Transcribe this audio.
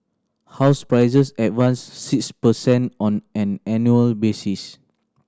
house prices advanced six per cent on an annual basis